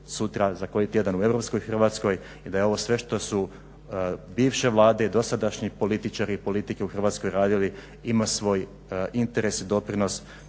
da sve ovo što su bivše vlade i dosadašnji političari i politike u Hrvatskoj radili ima svoj interes, doprinos